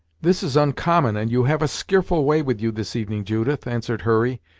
this is oncommon, and you have a skearful way with you this evening, judith, answered hurry,